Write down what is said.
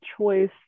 choice